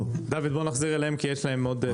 דוד, בוא נחזור אליהם את זכות הדיבור.